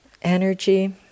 Energy